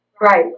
right